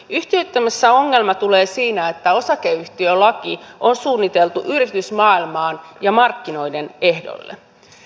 yhtiöittämisessä ongelma tulee siinä että osakeyhtiölaki on suunniteltu yritysmaailmaan ja markkinoiden ehdoille